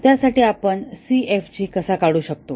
त्यासाठी आपण CFG कसा काढू शकतो